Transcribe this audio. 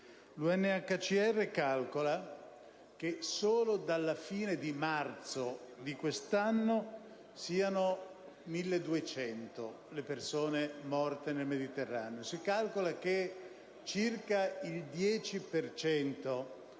L'UNHCR calcola che, solo dalla fine di marzo di quest'anno, siano 1.200 i morti nel Mediterraneo. Si stima che circa il 10